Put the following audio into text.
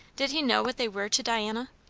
did he knew what they were to diana?